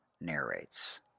narrates